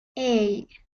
hey